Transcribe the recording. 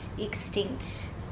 extinct